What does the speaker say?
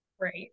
right